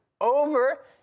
over